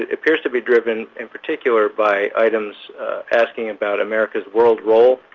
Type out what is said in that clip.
ah appears to be driven, in particular, by items asking about america's world role,